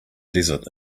desert